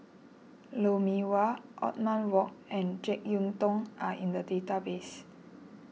Lou Mee Wah Othman Wok and Jek Yeun Thong are in the database